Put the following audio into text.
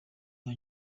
rwa